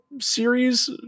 series